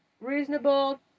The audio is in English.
reasonable